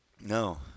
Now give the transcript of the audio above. No